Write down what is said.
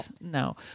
No